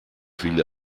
viel